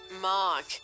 Mark